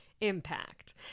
impact